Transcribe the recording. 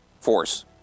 force